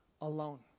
alone